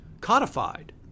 codified